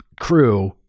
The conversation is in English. crew